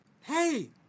Hey